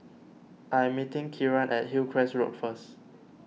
I am meeting Kieran at Hillcrest Road first